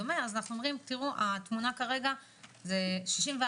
אזאנחנו אומרים שהתמונה כרגע היא שיש 64